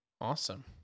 Awesome